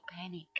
panic